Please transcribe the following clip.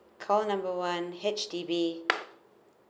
call number one H_D_B